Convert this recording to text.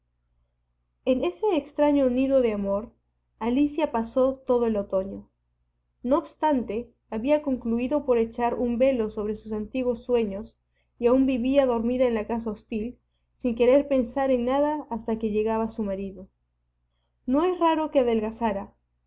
en ese extraño nido de amor alicia pasó todo el otoño no obstante había concluído por echar un velo sobre sus antiguos sueños y aún vivía dormida en la casa hostil sin querer pensar en nada hasta que llegaba su marido no es raro que adelgazara